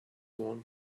one